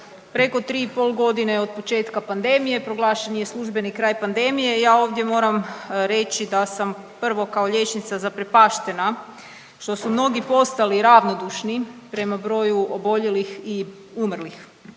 Preko tri i pol godine od početka pandemije proglašen je službeni kraj pandemije. I ja ovdje moram reći da sam prvo kao liječnica zaprepaštena što su mnogi postali ravnodušni prema broju oboljelih i umrlih